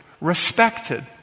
respected